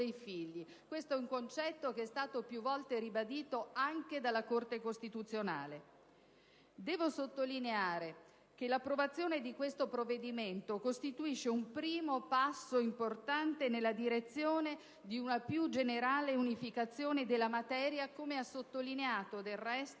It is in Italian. Devo sottolineare che l'approvazione di questo provvedimento costituisce un primo passo importante nella direzione di una più generale unificazione della materia, come ha sottolineato del resto